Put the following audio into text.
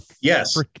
yes